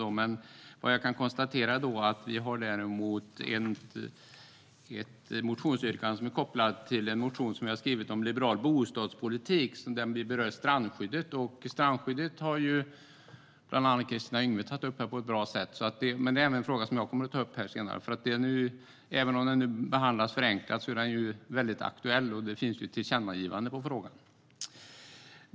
Däremot har vi ett yrkande kopplat till en motion om liberal bostadspolitik där vi berör strandskyddet. Strandskyddet har bland andra Kristina Yngwe tagit upp här på ett bra sätt. Men det är en fråga som även jag kommer att ta upp här senare, för även om den behandlas förenklat är den väldigt aktuell, och det finns ett tillkännagivande i frågan.